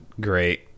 Great